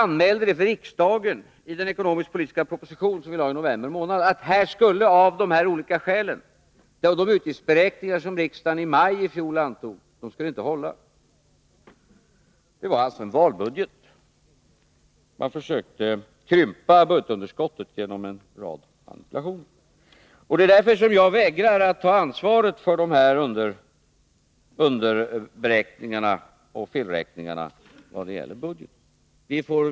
I den ekonomisk-politiska proposition som vi lade fram i november månad anmälde jag för riksdagen att de utgiftsberäkningar som hade antagits i maj av de här redovisade skälen inte skulle hålla. Det var alltså en valbudget. Man hade försökt krympa budgetunderskottet genom en rad manipulationer. Det är därför som jag vägrar att ta ansvar för dessa underberäkningar och felräkningar vad det gäller budgeten.